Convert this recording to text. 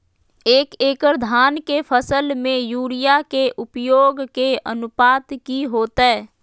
एक एकड़ धान के फसल में यूरिया के उपयोग के अनुपात की होतय?